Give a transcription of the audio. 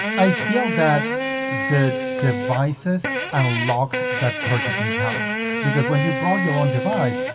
i feel that the devices unlocked that purchasing power because when you brought your own device,